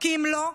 כי אם לא,